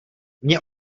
mně